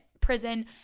prison